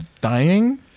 dying